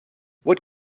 what